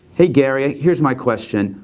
hey gary, here's my question,